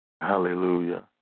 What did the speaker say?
Hallelujah